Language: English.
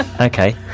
Okay